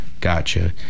Gotcha